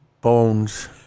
bones